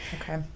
Okay